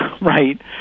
right